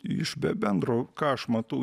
iš be bendro ką aš matau